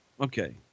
Okay